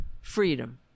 freedom